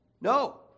No